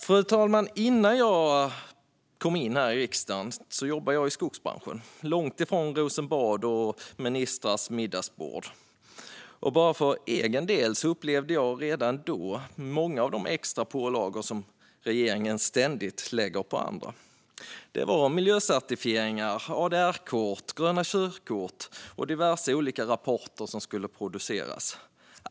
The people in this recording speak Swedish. Fru talman! Innan jag kom in i riksdagen jobbade jag i skogsbranschen, långt från Rosenbad och ministrars middagsbord. Jag upplevde då många av de extra pålagor som regeringen ständigt lägger på andra. Det var miljöcertifieringar, ADR-kort, gröna körkort och diverse olika rapporter som skulle produceras.